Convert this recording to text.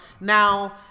Now